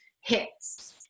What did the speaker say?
hits